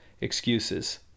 excuses